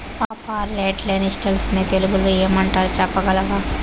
పాపా, red lentils ని తెలుగులో ఏమంటారు చెప్పగలవా